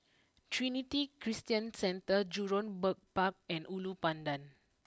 Trinity Christian Centre Jurong Bird Park and Ulu Pandan